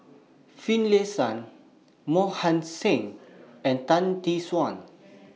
Finlayson Mohan Singh and Tan Tee Suan